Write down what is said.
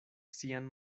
sian